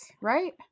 right